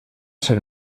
ser